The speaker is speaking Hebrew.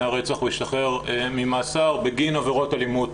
הרצח הוא השתחרר ממאסר בגין עבירות אלימות